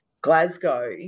Glasgow